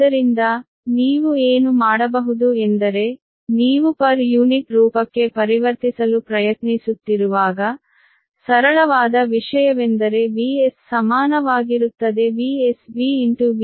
ಆದ್ದರಿಂದ ನೀವು ಏನು ಮಾಡಬಹುದು ಎಂದರೆ ನೀವು ಪರ್ ಯೂನಿಟ್ ರೂಪಕ್ಕೆ ಪರಿವರ್ತಿಸಲು ಪ್ರಯತ್ನಿಸುತ್ತಿರುವಾಗ ಸರಳವಾದ ವಿಷಯವೆಂದರೆ Vs ಸಮಾನವಾಗಿರುತ್ತದೆ VsBVs